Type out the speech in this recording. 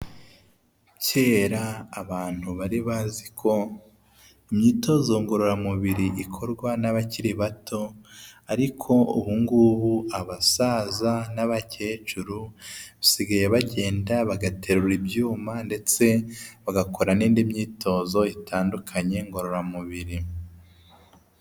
Kera abantu bari bazi ko imyitozo ngororamubiri ikorwa n'abakiri bato ariko ubu ngubu abasaza n'abakecuru, basigaye bagenda bagaterura ibyuma ndetse bagakora n'indi myitozo itandukanye ngororamubiri.